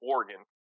Oregon